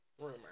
rumor